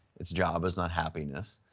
it's job is not happiness.